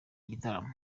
igitaramo